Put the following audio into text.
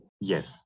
Yes